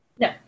No